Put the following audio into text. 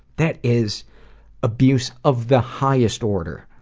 that is abuse of the highest order.